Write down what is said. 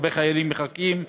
הרבה חיילים מחכים,